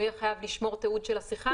הוא יהיה חייב לשמור תיעוד של השיחה.